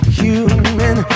human